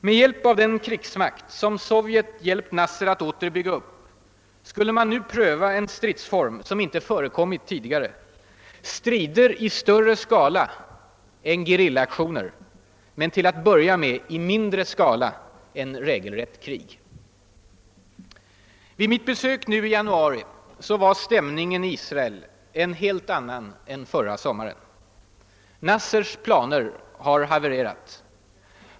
Med hjälp av den krigsmakt, som Sovjet hjälpt Nasser att åter bygga upp, skulle man nu pröva en stridsform som inte förekommit tidigare: strider i större skala än gerillaaktioner men till att börja med i mindre skala än regelrätt krig. Vid mitt besök nu i januari var stämningen i Israel en helt annan än förra sommaren. Nassers planer har havererat.